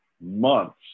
months